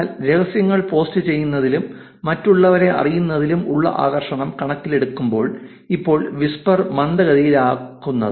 എന്നാൽ രഹസ്യങ്ങൾ പോസ്റ്റുചെയ്യുന്നതിലും മറ്റുള്ളവരെ അറിയുന്നതിലും ഉള്ള ആകർഷണം കണക്കിലെടുക്കുമ്പോൾ ഇപ്പോൾ വിസ്പർ മന്ദഗതിയിലാക്കുന്നത്